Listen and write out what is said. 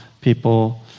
people